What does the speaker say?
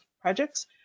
projects